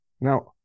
Now